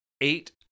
Eight